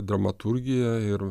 dramaturgija ir